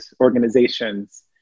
organizations